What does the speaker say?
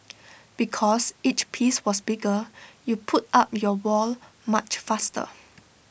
because each piece was bigger you put up your wall much faster